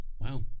Wow